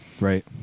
Right